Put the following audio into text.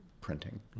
printing